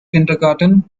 kindergarten